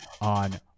on